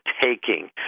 taking